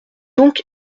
donc